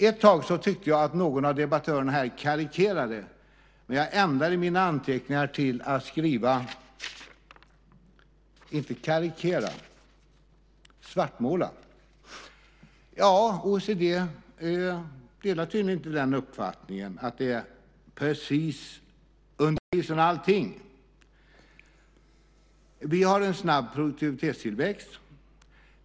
Ett tag tyckte jag att någon av debattörerna här karikerade, men jag ändrade i mina anteckningar till att skriva svartmåla. OECD delar tydligen inte uppfattningen att allting är precis under isen. Vi har en snabb produktivitetstillväxt.